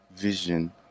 vision